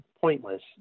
pointless